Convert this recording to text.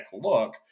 look